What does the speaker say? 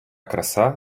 краса